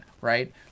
right